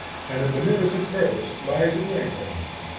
and a beneficent purpose lies in wait for us.